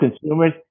consumers